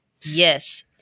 Yes